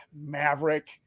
Maverick